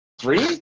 Three